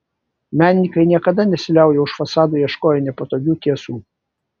menininkai niekada nesiliauja už fasado ieškoję nepatogių tiesų